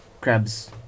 crab's